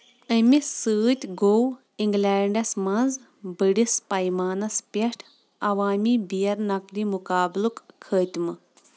اَمہِ سۭتۍ گوٚو انگلینڈَس منٛز بٔڑِس پیمانَس پٮ۪ٹھ عوامی بیر نکٔلۍ مُقابلُک خٲتمہٕ